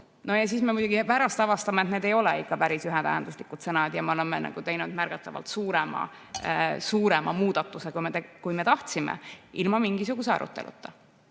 Aga siis me muidugi pärast avastame, et need ei ole ikka päris ühetähenduslikud sõnad, ja me oleme teinud märgatavalt suurema muudatuse, kui me tahtsime, ilma mingisuguse aruteluta. Nii